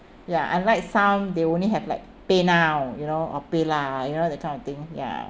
ya unlike some they only have like paynow you know or paylah you know that kind of thing ya